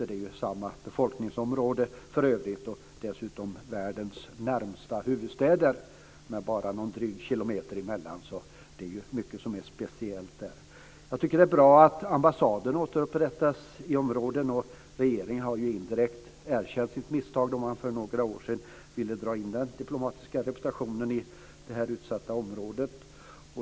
Det är för övrigt samma befolkningsområde, och dessutom världens närmaste huvudstäder, med bara drygt någon kilometer emellan. Det är alltså mycket som är speciellt där. Jag tycker att det är bra att ambassaden återupprättas i området. Regeringen har ju indirekt erkänt sitt misstag då man för några år sedan ville dra in den diplomatiska representationen i detta utsatta område.